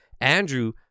Andrew